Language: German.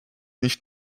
nicht